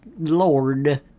Lord